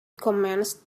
commenced